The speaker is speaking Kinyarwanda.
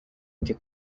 ati